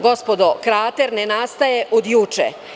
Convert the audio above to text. Gospodo, krater ne nastaje od juče.